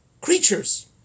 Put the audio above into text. creatures